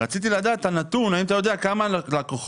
רציתי לדעת את הנתון, האם אתה יודע כמה לקוחות